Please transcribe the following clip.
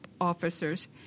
officers